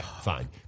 fine